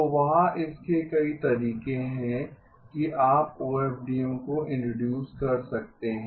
तो वहाँ इसके कई तरीके हैं कि आप ओएफडीएम को इंट्रोडूस कर सकते हैं